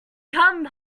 come